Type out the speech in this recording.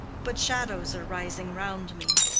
but shadows are rising round me.